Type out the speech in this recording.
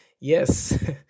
Yes